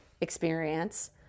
experience